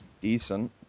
Decent